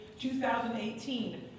2018